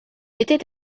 était